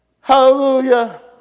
hallelujah